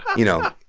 you know,